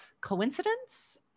Coincidence